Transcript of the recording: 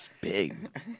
big